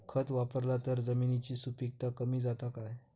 खत वापरला तर जमिनीची सुपीकता कमी जाता काय?